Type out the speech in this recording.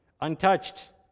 untouched